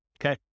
okay